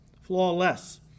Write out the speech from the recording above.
flawless